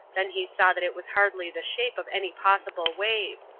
then he saw that it was hardly the shape of any possible wave.